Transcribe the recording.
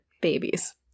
babies